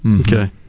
Okay